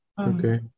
Okay